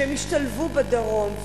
שישתלבו בדרום,